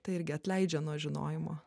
tai irgi atleidžia nuo žinojimo